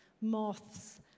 moths